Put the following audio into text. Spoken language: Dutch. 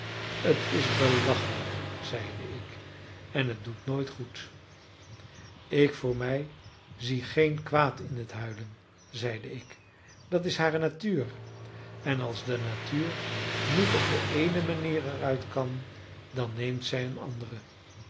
het is belachelijk zeide ik en het doet nooit goed ik voor mij zie geen kwaad in het huilen zeide ik dat is hare natuur en als de natuur niet op de eene manier er uit kan dan neemt zij eene andere